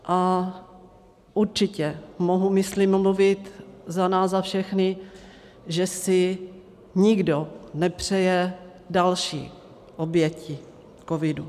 A určitě mohu, myslím, mluvit za nás za všechny, že si nikdo nepřeje další oběti covidu.